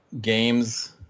games